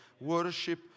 Worship